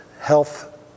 health